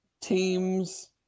teams